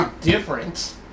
different